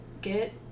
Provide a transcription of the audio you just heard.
get